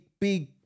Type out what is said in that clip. big